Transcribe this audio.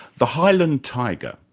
the highland tiger,